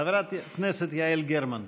חברת הכנסת יעל גרמן,